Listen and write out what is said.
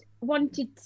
Wanted